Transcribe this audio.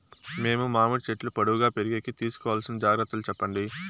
మేము మామిడి చెట్లు పొడువుగా పెరిగేకి తీసుకోవాల్సిన జాగ్రత్త లు చెప్పండి?